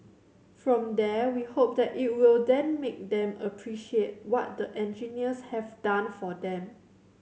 from there we hope that it will then make them appreciate what the engineers have done for them